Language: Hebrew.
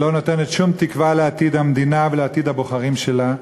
שלא נותנת שום תקווה לעתיד המדינה ולעתיד הבוחרים שלה.